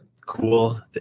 cool